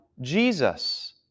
Jesus